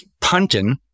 punting